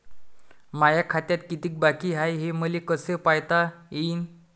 माया खात्यात कितीक बाकी हाय, हे मले कस पायता येईन?